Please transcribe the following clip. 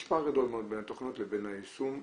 יש פער גדול בין התכניות לבין היישום.